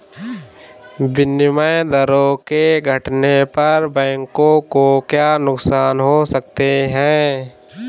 विनिमय दरों के घटने पर बैंकों को क्या नुकसान हो सकते हैं?